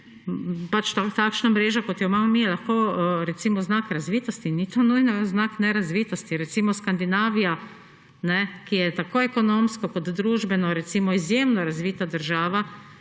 takšno mrežo, kot jo imamo mi, je lahko recimo znak razvitosti, ni to nujno, da je znak nerazvitosti. Recimo Skandinavija, ki je tako ekonomsko kot družbeno izjemno razvita država,